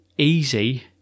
easy